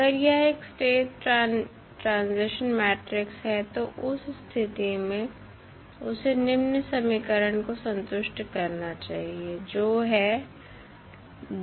अगर यह एक स्टेट ट्रांजिशन मैट्रिक्स है तो उस स्थिति में उसे निम्न समीकरण को संतुष्ट करना चाहिए जो है